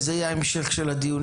וזה יהיה ההמשך של הדיונים.